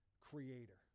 creator